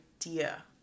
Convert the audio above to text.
idea